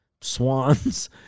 swans